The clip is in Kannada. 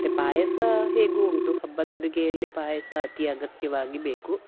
ಮತ್ತು ಪಾಯಸ ಹೇಗೂ ಉಂಟು ಹಬ್ಬದ ಅಡುಗೆಯಲ್ಲಿ ಪಾಯಸ ಅತಿ ಅಗತ್ಯವಾಗಿ ಬೇಕು